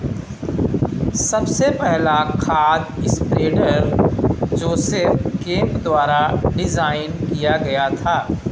सबसे पहला खाद स्प्रेडर जोसेफ केम्प द्वारा डिजाइन किया गया था